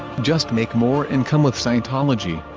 just make more income with scientology.